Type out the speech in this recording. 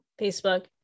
Facebook